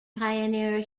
pioneer